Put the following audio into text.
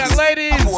ladies